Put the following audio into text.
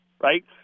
right